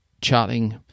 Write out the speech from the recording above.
chatting